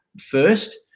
first